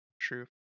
true